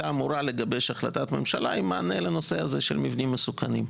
אמורה לגבש החלטת ממשלה עם מענה לנושא של מבנים מסוכנים.